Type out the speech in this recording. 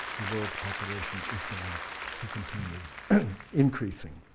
the world's population is going to continue increasing.